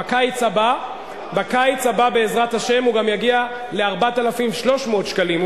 בקיץ הבא, בעזרת השם, הוא גם יגיע ל-4,300 שקלים.